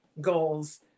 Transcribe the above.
goals